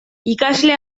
ikasle